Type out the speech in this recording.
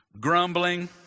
grumbling